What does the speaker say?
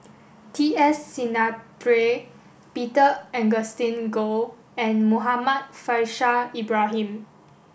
T S Sinnathuray Peter Augustine Goh and Muhammad Faishal Ibrahim